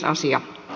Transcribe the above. asia